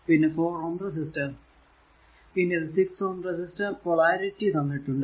പിന്നെ 4 റെസിസ്റ്റർ പിന്നെ ഇത് 6 റെസിസ്റ്റർ പൊളാരിറ്റി തന്നിട്ടുണ്ട്